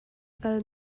kal